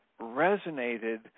resonated